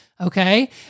Okay